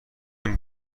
این